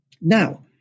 Now